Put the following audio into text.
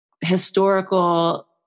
historical